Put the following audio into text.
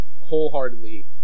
wholeheartedly